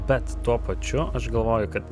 bet tuo pačiu aš galvoju kad